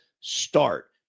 start